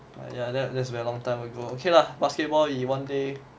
yeah that's that's very long time ago okay lah basketball we one day